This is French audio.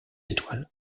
étoiles